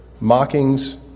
mockings